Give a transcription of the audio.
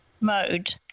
Mode